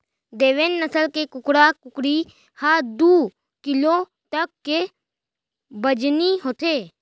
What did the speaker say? देवेन्द नसल के कुकरा कुकरी ह दू किलो तक के बजनी होथे